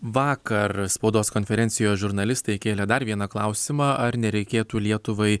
vakar spaudos konferencijos žurnalistai kėlė dar vieną klausimą ar nereikėtų lietuvai